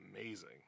amazing